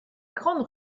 grande